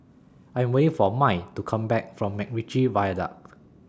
I Am waiting For Mai to Come Back from Macritchie Viaduct